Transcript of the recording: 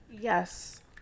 yes